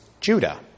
Judah